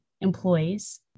employees